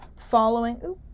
following